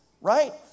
right